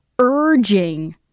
urging